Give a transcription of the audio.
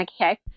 Okay